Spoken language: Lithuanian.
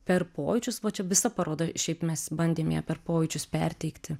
per pojūčius va čia visa paroda šiaip mes bandėm ją per pojūčius perteikti